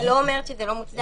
אני לא אומרת שזה לא מוצדק.